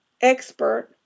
expert